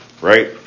right